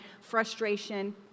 frustration